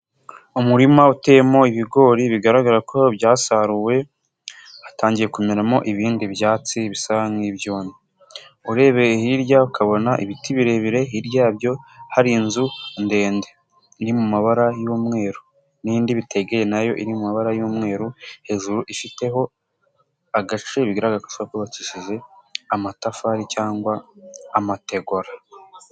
Umurima uteyemo ibigori bigaragara ko byasaruwe, hatangiye kumeramo ibindi byatsi bisa nk'ibyonyi, urebeye hirya ukabona ibiti birebire hirya yabyo hari inzu ndende ni mu mabara y'umweru n'indi bitetegeye na yo iri mu mabara y'umweru, hejuru ifiteho agace bigaragara ko gashobora kuba kubakishije amatafari cyangwa amategura.